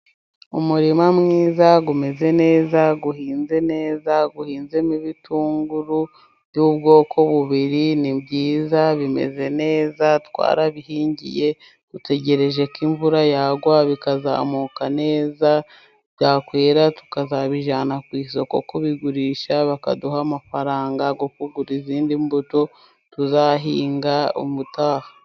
Umurima mwiza, umeze neza, uhinze neza. Uhinzemo ibitunguru by'ubwoko bubiri. Ni byiza bimeze neza, twarabihingiye dutegereje ko imvura yagwa bikazamuka neza, byakwera tukazabijyana ku isoko kubigurisha bakaduha amafaranga yo kugura izindi mbuto tuzahinga ubutaha.